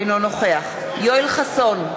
אינו נוכח יואל חסון,